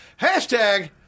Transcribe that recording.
hashtag